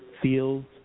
fields